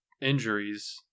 injuries